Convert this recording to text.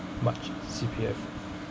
much C_P_F